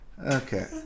Okay